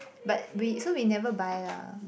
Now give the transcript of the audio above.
but we so we never buy lah